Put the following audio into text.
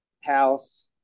house